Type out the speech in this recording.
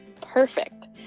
Perfect